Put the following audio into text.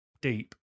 deep